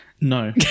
No